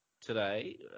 today